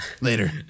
Later